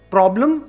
Problem